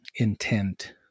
Intent